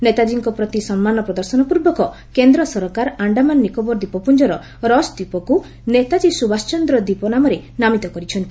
ନେତାଜୀଙ୍କ ପ୍ରତି ସମ୍ମାନ ପ୍ରଦର୍ଶନ ପୂର୍ବକ କେନ୍ଦ୍ର ସରକାର ଆଣ୍ଡାମାନ ନିକୋବର ଦ୍ୱୀପପୁଞ୍ଜର ରସ୍ ଦ୍ୱୀପକୁ 'ନେତାଜ୍ଞୀ ସୁଭାଷ ଚନ୍ଦ୍ର ଦ୍ୱୀପ' ନାମରେ ନାମିତ କରିଛନ୍ତି